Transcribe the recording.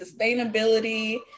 sustainability